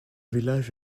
village